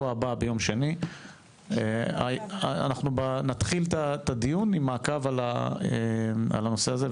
ביום שני בשבוע הבא נתחיל את הדיון עם מעקב על הנושא הזה,